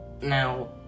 Now